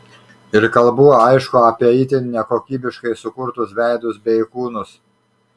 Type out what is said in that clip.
ir kalbu aišku apie itin nekokybiškai sukurtus veidus bei kūnus